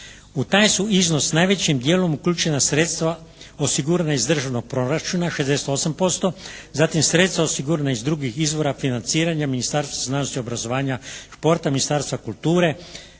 U taj su iznos najvećim dijelom uključena sredstva osigurana iz državnog proračuna 68%, zatim sredstva osigurana iz drugih izvora financiranja Ministarstva znanosti, obrazovanja i športa, Ministarstva kulture,